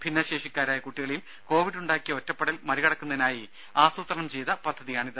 ഭിന്നശേഷിക്കാരായ കുട്ടികളിൽ കോവിഡ് ഉണ്ടാക്കിയ ഒറ്റപ്പെടൽ മറികടക്കുന്നതിനായി ആസൂത്രണം ചെയ്ത പദ്ധതിയാണിത്